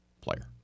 player